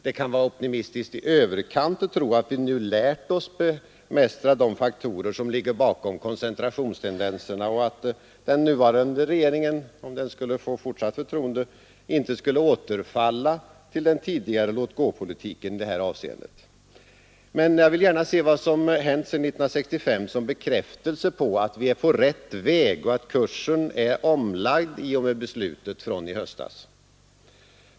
Det kan vara optimistiskt i överkant att tro att vi nu lärt oss bemästra de faktorer som ligger bakom koncentrationstendenserna och att den nuvarande regeringen — om den finge fortsatt förtroende — inte skulle återfalla till den tidigare låt-gå-politiken i det här avseendet. Men jag vill gärna se vad som hänt sedan 1965 som en bekräftelse på att vi är på rätt väg och att kursen är omlagd i och med beslutet från i höstas.